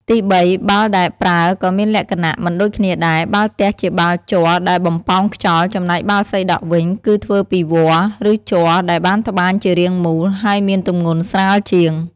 ទីបី បាល់ដែលប្រើក៏មានលក្ខណៈមិនដូចគ្នាដែរ បាល់ទះជាបាល់ជ័រដែលបំប៉ោងខ្យល់ ចំណែកបាល់សីដក់វិញគឺធ្វើពីវល្លិ៍ ឬជ័រដែលបានត្បាញជារាងមូល ហើយមានទម្ងន់ស្រាលជាង។